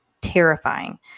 terrifying